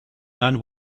and